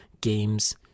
Games